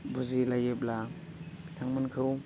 बुजिलायोब्ला बिथांमोनखौ